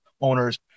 owners